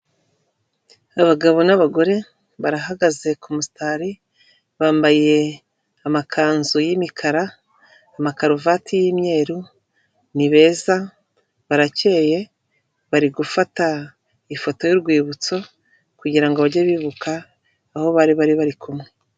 Abagabo n'abagore barahagaze ku musitari, bambaye amakanzu y'imikara, amakaruvati y'imyeru, ni beza barakeye, bari gufata ifoto y'urwibutso, kugirango bajye bibuka aho bari bari bari kumwe.